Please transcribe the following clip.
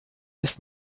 ist